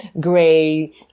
gray